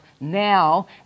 now